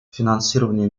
финансирование